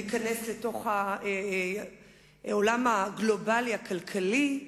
להיכנס לתוך העולם הגלובלי הכלכלי.